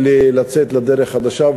ולצאת לדרך חדשה,